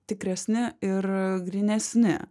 tikresni ir grynesni